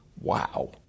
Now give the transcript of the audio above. wow